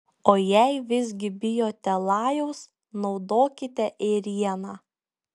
o jei visgi bijote lajaus naudokite ėrieną